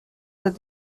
that